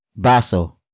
Baso